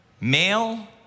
male